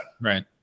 Right